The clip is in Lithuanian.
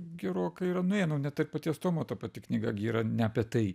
gerokai yra nuėję nu net ir paties tomo ta pati knyga gi yra ne apie tai